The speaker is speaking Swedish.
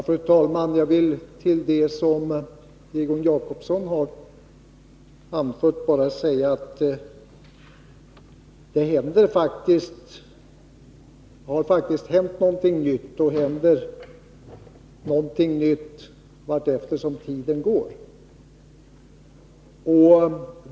Fru talman! Jag vill till Egon Jacobsson bara säga att det faktiskt har hänt och händer något nytt vartefter som tiden går.